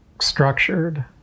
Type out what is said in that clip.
structured